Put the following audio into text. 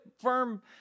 firm